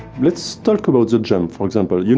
let's talk about the jump, for example. you,